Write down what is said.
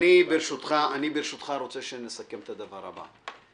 אני ברשותך רוצה לסכם את הדבר הבא.